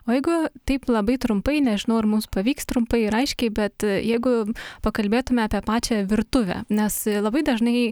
o jeigu taip labai trumpai nežinau ar mums pavyks trumpai ir aiškiai bet jeigu pakalbėtume apie pačią virtuvę nes labai dažnai